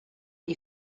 you